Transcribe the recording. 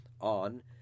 on